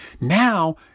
Now